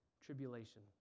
tribulation